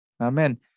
Amen